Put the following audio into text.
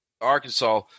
arkansas